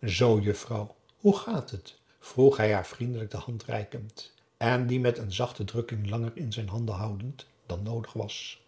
juffrouw hoe gaat het vroeg hij haar vriendelijk de hand reikend en die met een zachte drukking langer in de zijne houdend dan noodig was